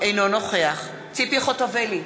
אינו נוכח ציפי חוטובלי,